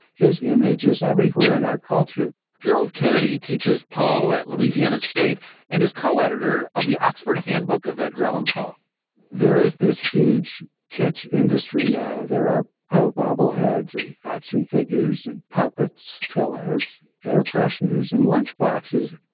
his image is everywhere in our culture gerald kennedy teaches poe at louisiana state and is co-editor of the oxford handbook of edgar allan poe there is this huge kitsch industry now. there are poe bobbleheads and action figures and puppets pillows air fresheners and lunchboxes.